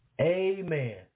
Amen